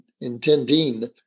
intending